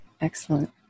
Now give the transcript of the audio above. excellent